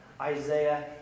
Isaiah